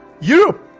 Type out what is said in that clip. Europe